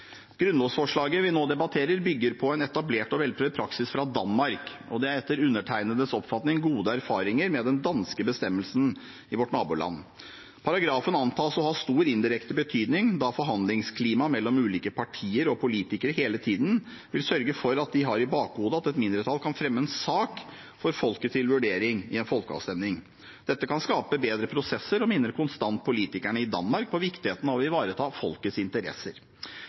Grunnlovsforslaget vi nå debatterer, bygger på en etablert og velprøvd praksis fra Danmark, og det er etter undertegnedes oppfatning gode erfaringer med den bestemmelsen i vårt naboland. Paragrafen antas å ha stor indirekte betydning, da forhandlingsklimaet mellom ulike partier og politikere hele tiden vil sørge for at de har i bakhodet at et mindretall kan fremme en sak for folket til vurdering i en folkeavstemning. Dette kan skape bedre prosesser og minner konstant politikerne i Danmark om viktigheten av å ivareta folkets interesser.